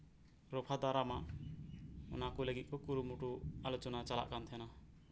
ᱨᱚᱯᱷᱟ ᱫᱟᱨᱟᱢᱟ ᱚᱱᱟᱠᱩ ᱞᱟᱹᱜᱚ ᱛᱮ ᱠᱩᱨᱩᱢᱩᱴᱩ ᱟᱞᱳᱪᱚᱱᱟ ᱪᱟᱞᱟᱜ ᱠᱟᱱ ᱛᱟᱦᱮᱸᱱᱟ